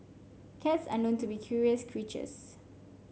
cats are known to be curious creatures